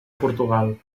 portugal